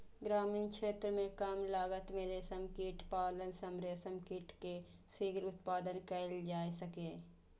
ग्रामीण क्षेत्र मे कम लागत मे रेशम कीट पालन सं रेशम कीट के शीघ्र उत्पादन कैल जा सकैए